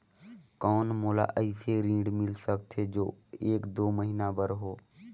कौन मोला अइसे ऋण मिल सकथे जो एक दो महीना बर हो?